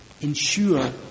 ensure